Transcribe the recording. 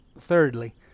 thirdly